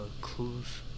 clues